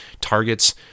targets